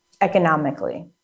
economically